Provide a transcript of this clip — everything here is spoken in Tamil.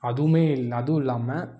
அதுவுமே இல் அதுவும் இல்லாமல்